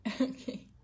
Okay